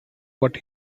what